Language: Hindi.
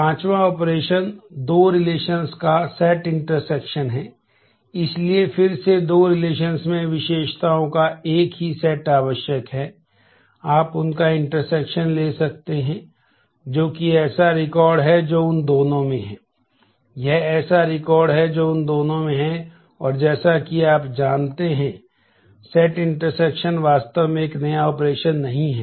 पांचवां ऑपरेशन है तो यह r s है